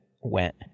went